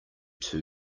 two